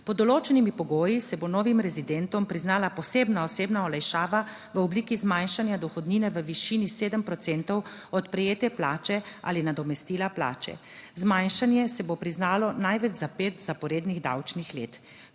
Pod določenimi pogoji, se bo novim rezidentom priznala posebna osebna olajšava v obliki zmanjšanja dohodnine v višini 7 procentov od prejete plače ali nadomestila plače. Zmanjšanje se bo priznalo največ za pet zaporednih davčnih let.